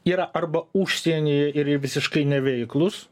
yra arba užsienyje ir jie visiškai neveiklūs